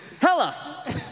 Hella